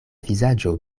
vizaĝo